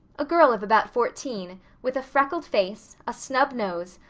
a girl of about fourteen, with a freckled face, a snub nose,